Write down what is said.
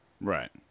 Right